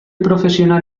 profesional